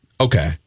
Okay